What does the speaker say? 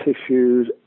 tissues